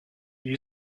you